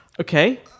okay